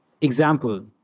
Example